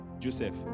Joseph